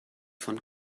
von